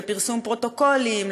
לפרסום פרוטוקולים,